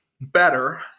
better